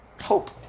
Hope